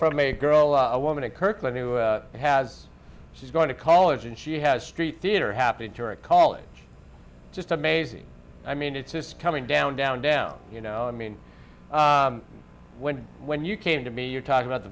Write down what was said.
from a girl a woman at kirkland who has she's going to college and she has street theater happy tour a college just amazing i mean it's just coming down down down you know i mean when when you came to me you're talking about the